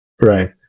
right